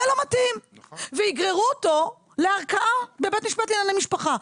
לא מתאים ויגררו אותו לערכאה בבית משפט לענייני משפחה.